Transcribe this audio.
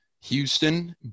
Houston